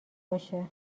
باشه